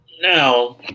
now